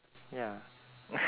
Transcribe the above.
ya